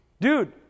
Dude